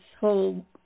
whole